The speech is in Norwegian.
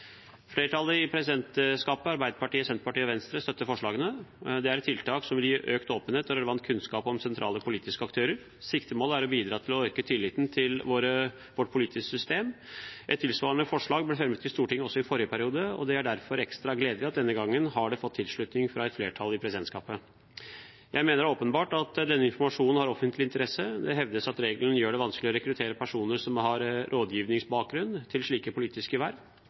Flertallet i presidentskapet, Arbeiderpartiet, Senterpartiet og Venstre, støtter forslaget. Det er et tiltak som vil gi økt åpenhet og relevant kunnskap om sentrale politiske aktører. Siktemålet er å bidra til å øke tilliten til vårt politiske system. Et tilsvarende forslag ble fremmet i Stortinget i forrige periode, og det er derfor ekstra gledelig at det denne gangen har fått tilslutning fra et flertall i presidentskapet. Jeg mener det er åpenbart at denne informasjonen har offentlig interesse. Det hevdes at regelen gjør det vanskelig å rekruttere personer som har rådgivningsbakgrunn, til slike politiske verv.